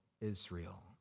Israel